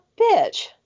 bitch